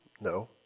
No